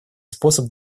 способ